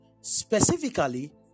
specifically